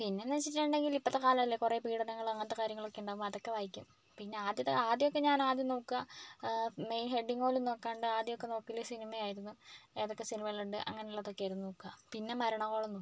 പിന്നെന്ന് വെച്ചിട്ടുണ്ടെങ്കിൽ ഇപ്പോഴത്തെ കാലമല്ലേ കുറെ പീഡനങ്ങൾ അങ്ങനത്തെ കാര്യങ്ങളൊക്കെ ഉണ്ടാകും അതൊക്കെ വായിക്കും പിന്നെ ആദ്യത്തെ ആദ്യമൊക്കെ ഞാൻ ആദ്യം നോക്കുക മെയിൻ ഹെഡിങ് പോലും നോക്കാണ്ട് ആദ്യം ഒക്കെ നോക്കൽ സിനിമ ആയിരുന്നു ഏതൊക്കെ സിനമകളുണ്ട് അങ്ങനെ ഉള്ളതൊക്കെ ആയിരുന്നു നോക്കുക പിന്നെ മരണ കോളം നോക്കും